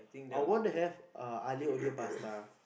I want to have uh aglio-olio pasta